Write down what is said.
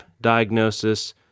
diagnosis